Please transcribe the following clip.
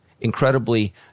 incredibly